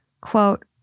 Quote